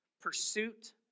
pursuit